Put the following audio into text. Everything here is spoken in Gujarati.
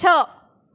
છ